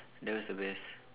that was the best